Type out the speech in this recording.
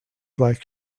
like